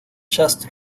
just